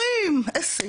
כדורים, איזה יופי,